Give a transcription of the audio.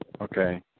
Okay